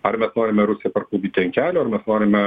ar mes norime rusiją parklupdyti ant kelių ar mes norime